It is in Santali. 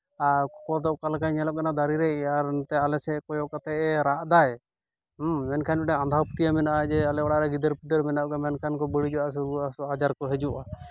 ᱟᱨ ᱠᱚᱠᱚᱨ ᱫᱚ ᱚᱠᱟ ᱞᱮᱠᱟᱭ ᱧᱮᱞᱚᱜ ᱠᱟᱱᱟ ᱫᱟᱨᱮ ᱨᱮ ᱟᱨ ᱟᱞᱮ ᱥᱮᱜ ᱠᱚᱭᱚᱜ ᱠᱟᱛᱮᱜ ᱜᱮᱭ ᱨᱟᱜ ᱫᱟᱭ ᱦᱮᱸ ᱢᱮᱱᱠᱷᱟᱱ ᱱᱚᱰᱮ ᱟᱸᱫᱷᱟ ᱯᱟᱹᱛᱭᱟᱹᱣ ᱢᱮᱱᱟᱜᱼᱟ ᱡᱮ ᱟᱞᱮ ᱚᱲᱟᱜ ᱨᱮ ᱜᱤᱫᱟᱹᱨ ᱯᱤᱫᱟᱹᱨ ᱢᱮᱱᱟᱜ ᱠᱚᱣᱟ ᱢᱮᱱᱠᱷᱟᱱ ᱵᱟᱹᱲᱤᱡᱚᱜᱼᱟ ᱥᱮ ᱨᱩᱣᱟᱹ ᱦᱟᱥᱩ ᱟᱡᱟᱨ ᱠᱚ ᱦᱤᱡᱩᱜᱼᱟ